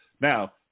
Now